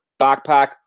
backpack